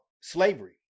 slavery